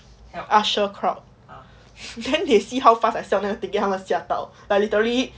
usher crowd then they see how fast I sell 那个 ticket 吓到 like literary